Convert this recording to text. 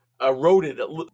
eroded